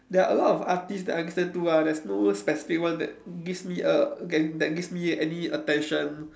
there are a lot of artistes that I listen to ah there's no specific one that gives me a get that gives me any attention